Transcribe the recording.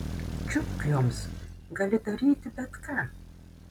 čiupk joms gali daryti bet ką